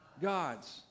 gods